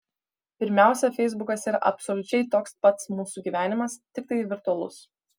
pirmiausia feisbukas yra absoliučiai toks pats mūsų gyvenimas tiktai virtualus